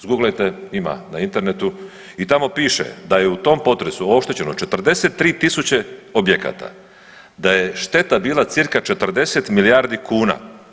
Zguglajte, ima na internetu i tamo piše da je u tom potresu oštećeno 43 000 objekata, da je šteta bila cca 40 milijardi kuna.